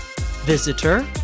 Visitor